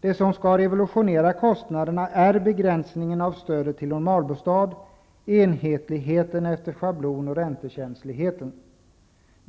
Det som skall revolutionera kostnaderna är begränsningen av stödet till normalbostad, enhetligheten efter schablon och räntekänsligheten.